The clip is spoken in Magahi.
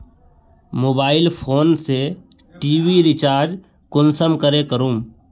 मोबाईल फोन से टी.वी रिचार्ज कुंसम करे करूम?